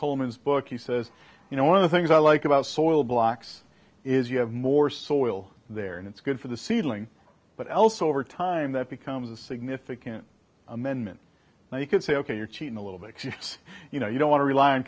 coleman's book he says you know one of the things i like about soil blocks is you have more soil there and it's good for the ceiling but else over time that becomes a significant amendment now you could say ok you're cheating a little bit you know you don't want to rely on